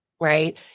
right